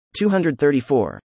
234